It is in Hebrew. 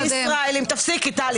תפסיקי, טלי.